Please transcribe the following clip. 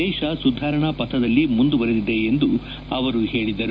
ದೇತ ಸುಧಾರಣಾ ಪಥದಲ್ಲಿ ಮುಂದುವರಿದಿದೆ ಎಂದು ಹೇಳಿದರು